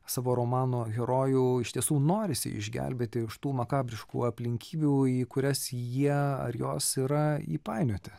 savo romano herojų iš tiesų norisi išgelbėti iš tų makabriškų aplinkybių į kurias jie ar jos yra įpainioti